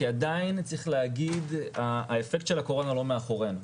כי עדיין האפקט של הקורונה לא מאחורינו.